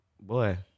Boy